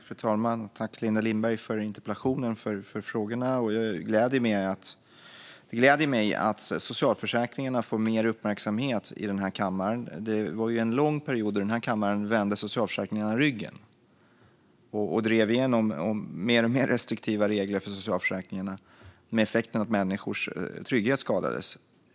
Fru talman! Tack, Linda Lindberg, för interpellationen och frågorna! Jag gläder mig över att socialförsäkringarna får mer uppmärksamhet här i kammaren. Under en lång period vände kammaren socialförsäkringarna ryggen och drev igenom alltmer restriktiva regler för dem, med effekten att människors trygghet skadades.